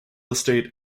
estate